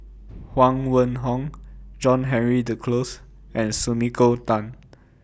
Huang Wenhong John Henry Duclos and Sumiko Tan